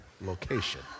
location